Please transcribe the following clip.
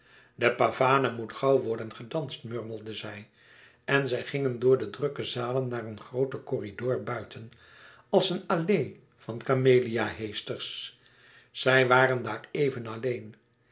de pavane moet gauw worden gedanst murmelde zij en zij ging door de drukke zalen naar een grooten corridor buiten als een allée van camelia heesters zij waren daar even alleen